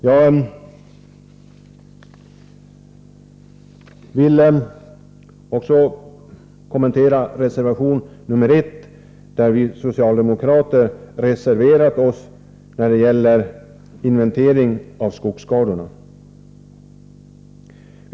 Jag vill också kommentera reservation 1, där vi socialdemokrater reserverat oss när det gäller inventering av skogsskadorna.